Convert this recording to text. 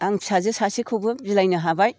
आं फिसाजो सासेखौबो बिलाइनो हाबाय